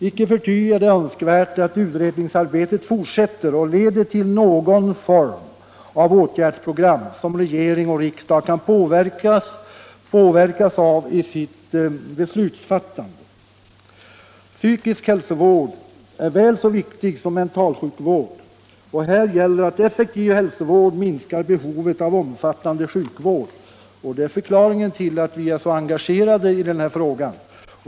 Icke förty är det önskvärt att utredningsarbetet fortsätter och leder till någon form av åtgärdsprogram som regering och riksdag kan påverkas av i sitt beslutsfattande. Psykisk hälsovård är väl så viktig som mentalsjukvård. Också här gäller att effektiv hälsovård minskar behovet av omfattande sjukvård. Det är en av anledningarna till att vi är så engagerade i denna fråga.